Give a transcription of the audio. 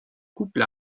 coupent